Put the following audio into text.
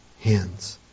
hands